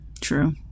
True